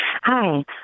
Hi